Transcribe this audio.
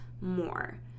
more